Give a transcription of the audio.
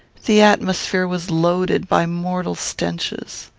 the atmosphere was loaded by mortal stenches.